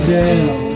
down